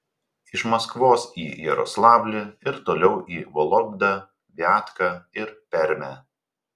iš maskvos į jaroslavlį ir toliau į vologdą viatką ir permę